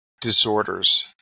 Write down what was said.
disorders